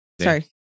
Sorry